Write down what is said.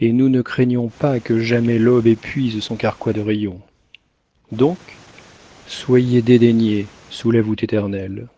et nous ne craignons pas que jamais l'aube épuise son carquois de rayons donc soyez dédaignés sous la voûte éternelle